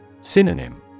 Synonym